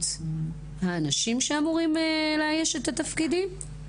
האנשים שאמורים לאייש את התפקידים.